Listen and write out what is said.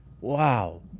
Wow